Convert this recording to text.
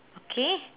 okay